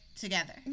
together